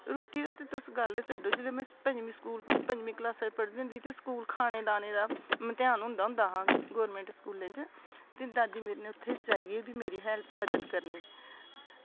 रुट्टी दी तुस गल्ल गै छड्डो जेल्लै में पंञमीं क्लॉस बिच पढ़दी ही ते स्कूल लानै खानै दा मतेहान होंदा हा गौरमेंट स्कूलें च ते दादी मेरी नै उत्थें जाइयै भी में हेल्प बी करनी ऐ